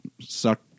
suck